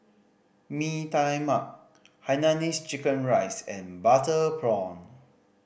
Mee Tai Mak hainanese chicken rice and butter prawn